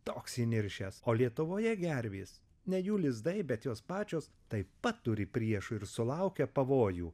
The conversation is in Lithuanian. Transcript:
toks įniršęs o lietuvoje gervės ne jų lizdai bet jos pačios taip pat turi priešų ir sulaukia pavojų